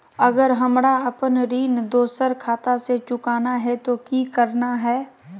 अगर हमरा अपन ऋण दोसर खाता से चुकाना है तो कि करना है?